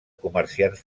comerciants